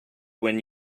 when